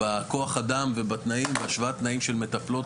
בכוח אדם ובתנאים והשוואת תנאים של מטפלות,